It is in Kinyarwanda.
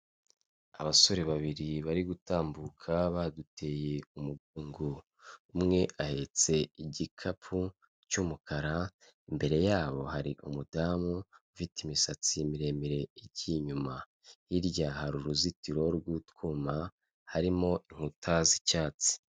Abasore babiri bari gutambuka baduteye umugongo, umwe ahetse igikapu cy'umukara, imbere yabo hari umudamu ufite imisatsi miremire igiye inyuma, hirya hari uruzitiro rw'utwuma harimo inkuta z'icyatsi.